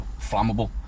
flammable